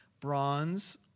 bronze